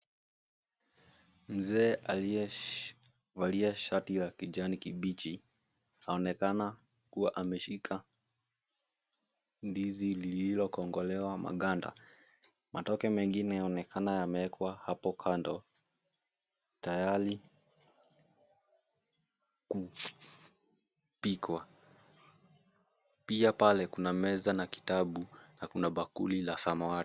Mzee aliyevalia shati ya kijani kibichi, anaonekana kuwa ameshika ndizi lililo kongolewa maganda. Matoke mengine yaonekana yamewekwa hapo kando, tayari kupikwa. Pia pale kuna meza na kitabu, na kuna bakuli ya samawati.